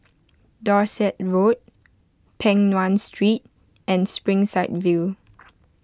Dorset Road Peng Nguan Street and Springside View